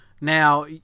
Now